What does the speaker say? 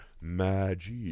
magic